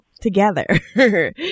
together